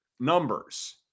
Numbers